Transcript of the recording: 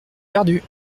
perdue